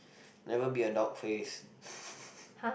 never be a dog face